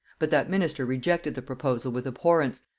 but that minister rejected the proposal with abhorrence,